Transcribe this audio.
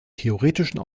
theoretischen